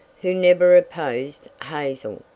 who never opposed hazel.